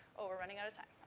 oh, we're running out of time.